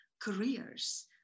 careers